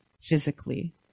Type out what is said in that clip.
physically